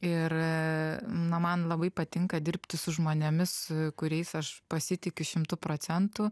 ir na man labai patinka dirbti su žmonėmis kuriais aš pasitikiu šimtu procentų